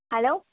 hello